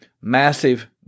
massive